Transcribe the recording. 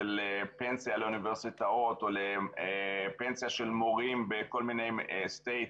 פנסיה של אוניברסיטאות או פנסיה של מורים בכל מיני מדינות.